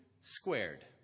squared